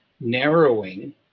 narrowing